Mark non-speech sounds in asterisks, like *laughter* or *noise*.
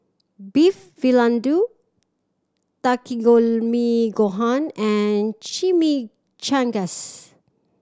Beef *unintelligible* Takikomi Gohan and Chimichangas